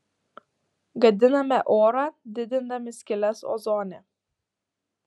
gadiname orą didindami skyles ozone